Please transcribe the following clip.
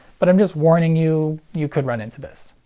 but i'm just warning you you could run into this.